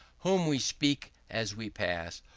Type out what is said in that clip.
whom we speak as we pass,